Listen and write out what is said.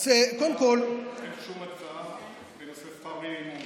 אז קודם כול, אין שום הצעה בנושא שכר מינימום